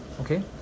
Okay